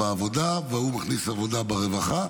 הוא מכניס רווחה בעבודה, והוא מכניס עבודה ברווחה,